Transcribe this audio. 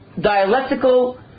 dialectical